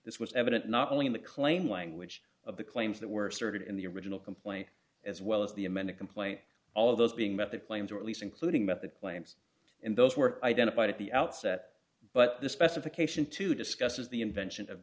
this was evident not only in the claim language of the claims that were surveyed in the original complaint as well as the amended complaint all of those being met the claims were at least including method claims and those were identified at the outset but the specification to discuss is the invention of